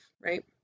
right